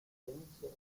referencias